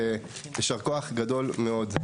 ובאמת יישר כוח גדול מאוד.